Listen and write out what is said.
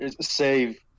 Save